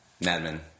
Madman